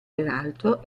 peraltro